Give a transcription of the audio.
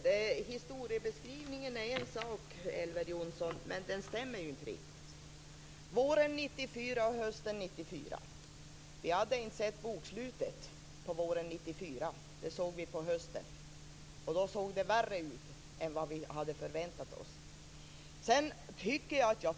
Herr talman! Historiebeskrivningen är en sak, Elver Jonsson. Men den stämmer ju inte riktigt. Vi hade inte sett bokslutet våren 1994. Det såg vi på hösten 1994. Och då såg det värre ut än vad vi hade förväntat oss.